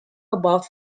about